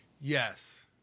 Yes